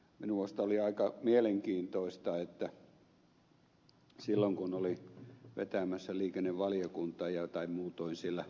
minusta oli aika mielenkiintoista että silloin kun olin vetämässä liikennevaliokuntaa tai muutoin sillä